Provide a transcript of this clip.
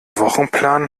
wochenplan